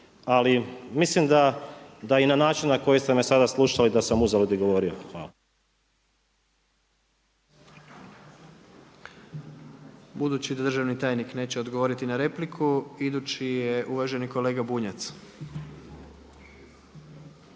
ali mislim da i na način na koji ste me sada slušali da sam uzalud i govorio. Hvala. **Jandroković, Gordan (HDZ)** Budući da državni tajnik neće odgovoriti na repliku. Idući je uvaženi kolega Bunjac.